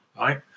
right